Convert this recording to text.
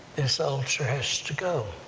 this ulcer has to go.